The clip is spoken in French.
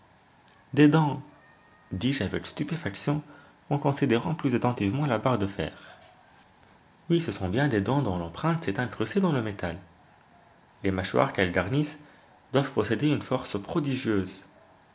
dents dis-je avec stupéfaction en considérant plus attentivement la barre de fer oui ce sont bien des dents dont l'empreinte s'est incrustée dans le métal les mâchoires qu'elles garnissent doivent posséder une force prodigieuse